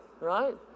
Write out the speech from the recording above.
right